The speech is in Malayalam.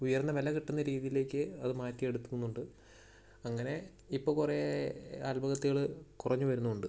ഉയർന്ന വില കിട്ടുന്ന രീതിയിലേക്ക് അതു മാറ്റി എടുക്കുന്നുണ്ട് അങ്ങനെ ഇപ്പോൾ കുറേ ആത്മഹത്യകൾ കുറഞ്ഞു വരുന്നും ഉണ്ട്